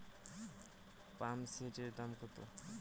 পাম্পসেটের দাম কত?